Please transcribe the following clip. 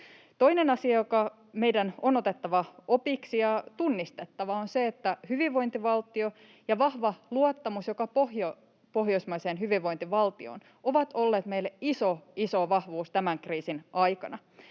Toinen asia, josta meidän on otettava opiksi ja joka on tunnistettava, on se, että hyvinvointivaltio ja vahva luottamus pohjoismaiseen hyvinvointivaltioon ovat olleet meille iso, iso vahvuus tämän kriisin aikana.